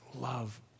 love